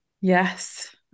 Yes